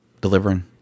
delivering